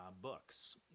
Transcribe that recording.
books